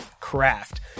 craft